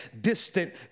distant